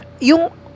Yung